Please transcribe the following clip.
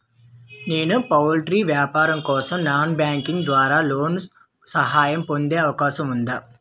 నేను పౌల్ట్రీ వ్యాపారం కోసం నాన్ బ్యాంకింగ్ ద్వారా లోన్ సహాయం పొందే అవకాశం ఉందా?